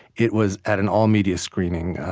it was at an all-media screening,